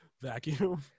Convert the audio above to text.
vacuum